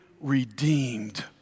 redeemed